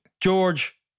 George